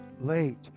late